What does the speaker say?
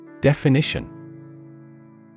Definition